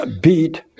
beat